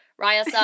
Raya